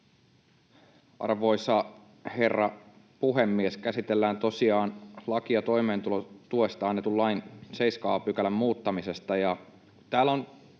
Arvoisa herra puhemies! Käsittelemme tosiaan lakia toimeentulotuesta annetun lain 7 a §:n muuttamisesta. Täällä on